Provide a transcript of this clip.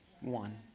One